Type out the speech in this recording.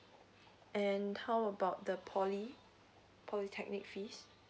and how about the P_O_L_Y polytechnic fees